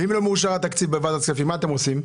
ואם לא מאושר התקציב בוועדת כספים, מה אתם עושים?